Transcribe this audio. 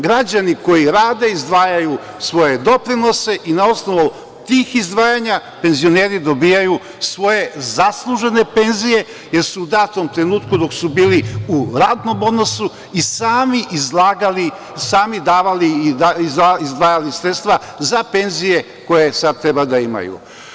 Građani koji rade izdvajaju svoje doprinose i na osnovu tih izdvajanja penzioneri dobijaju svoje zaslužene penzije, jer su u datom trenutku dok su bili u radnom odnosu i sami izlagali, sami davali, izdvajali sredstva za penzije koje sada treba da imaju.